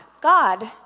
God